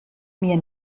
mir